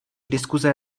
diskuze